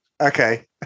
okay